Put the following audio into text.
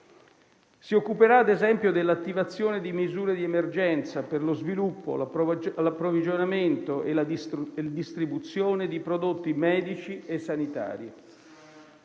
Si occuperà, ad esempio, dell'attivazione di misure di emergenza per lo sviluppo, l'approvvigionamento e la distribuzione di prodotti medici e sanitari.